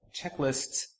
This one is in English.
checklists